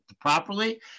properly